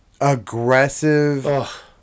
aggressive